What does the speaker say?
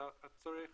כשצריך